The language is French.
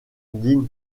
dean